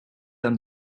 aan